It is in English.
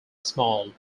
small